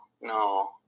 No